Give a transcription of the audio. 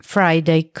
Friday